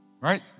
right